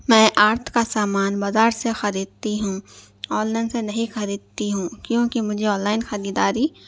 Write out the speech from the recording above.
میں آرٹ کا سامان بازار سے خریدتی ہوں آنلائن سے نہیں خریدتی ہوں کیونکہ مجھے آنلائن خریداری